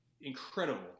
incredible